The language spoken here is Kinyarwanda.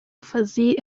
fazil